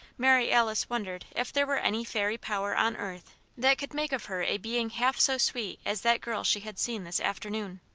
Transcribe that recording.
mary alice wondered if there were any fairy power on earth that could make of her a being half so sweet as that girl she had seen this afternoon.